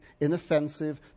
inoffensive